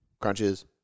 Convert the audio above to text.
Crunches